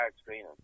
screening